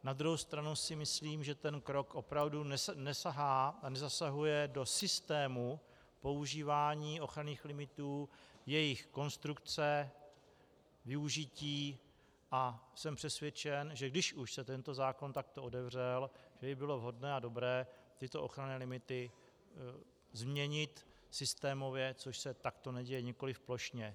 Na druhou stranu si myslím, že ten krok opravdu nesahá a nezasahuje do systému používání ochranných limitů, jejich konstrukce, využití, a jsem přesvědčen, že když už se tento zákon takto otevřel, že by bylo vhodné a dobré tyto ochranné limity změnit systémově, což se takto neděje, nikoliv plošně.